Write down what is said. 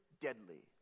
deadly